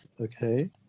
Okay